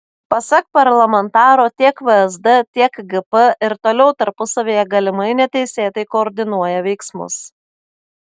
pasak parlamentaro tiek vsd tiek gp ir toliau tarpusavyje galimai neteisėtai koordinuoja veiksmus